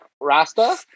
rasta